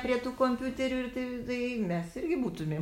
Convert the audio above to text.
prie tų kompiuterių ir tai tai mes irgi būtumėm